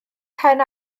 pen